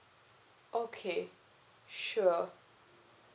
okay sure